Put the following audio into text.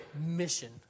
mission